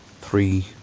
three